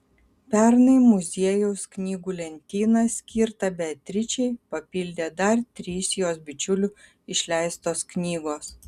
pernai muziejaus knygų lentyną skirtą beatričei papildė dar trys jos bičiulių išleistos knygos